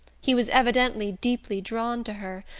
he was evidently deeply drawn to her,